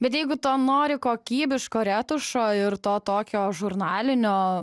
bet jeigu tu nori kokybiško retušo ir to tokio žurnalinio